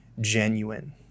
genuine